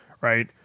right